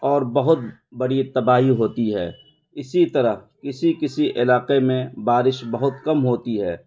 اور بہت بڑی تباہی ہوتی ہے اسی طرح کسی کسی علاقے میں بارش بہت کم ہوتی ہے